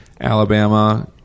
Alabama